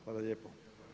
Hvala lijepo.